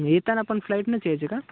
येताना पण फ्लाईटनंच यायचे का